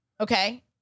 okay